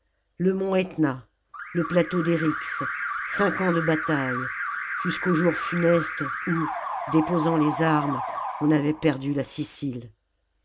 le mont etna le plateau d'eryx cinq ans de batailles jusqu'au jour funeste où déposant les armes on avait perdu la sicile